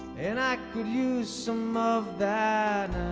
and i could use some of that